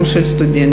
גם של סטודנטים,